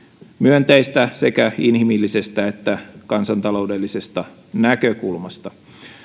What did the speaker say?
myönteistä sekä inhimillisestä että kansantaloudellisesta näkökulmasta